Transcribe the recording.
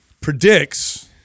predicts